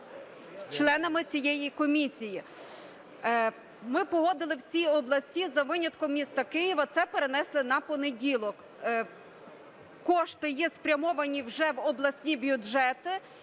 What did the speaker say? членами цієї комісії. Ми погодили всі області, за винятком міста Києва. Це перенесли на понеділок. Кошти є спрямовані вже в обласні бюджети.